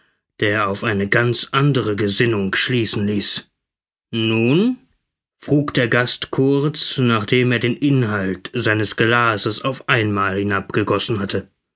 der auf eine ganz andere gesinnung schließen ließ nun frug der gast kurz nachdem er den inhalt seines glases auf einmal hinabgegossen hatte